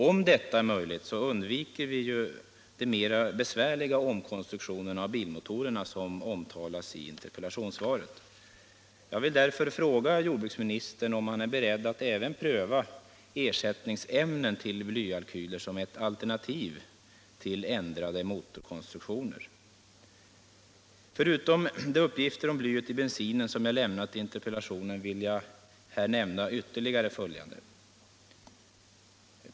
Om detta är möjligt undviker vi de mera besvärliga omkonstruktioner av bilmotorerna som det talas om i interpellationssvaret. Jag vill därför fråga jordbruksministern om han är beredd att även pröva ersättningsämnen till blyalkyler som ett alternativ till ändrade motorkonstruktioner. Förutom de uppgifter om blyet i bensinen som jag lämnat i interpellationen vill jag här nämna ytterligare följande.